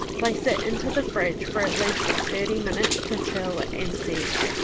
place it into the fridge for at least thirty minutes to chill and set.